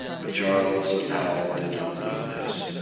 but charles and hal did not know this.